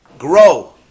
Grow